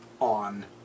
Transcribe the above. on